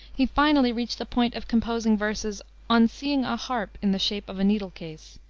he finally reached the point of composing verses on seeing a harp in the shape of a needle case,